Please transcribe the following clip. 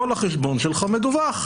כל החשבון שלך מדווח.